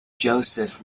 joseph